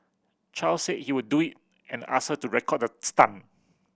chow said he would do it and asked her to record the stunt